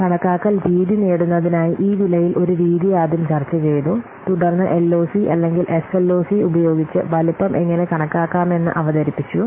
കണക്കാക്കൽ രീതി നേടുന്നതിനായി ഈ വിലയിൽ ഒരു രീതി ആദ്യം ചർച്ചചെയ്തു തുടർന്ന് എൽഓസി അല്ലെങ്കിൽ എസ്എൽഓസി ഉപയോഗിച്ച് വലുപ്പം എങ്ങനെ കണക്കാക്കാമെന്ന് അവതരിപ്പിച്ചു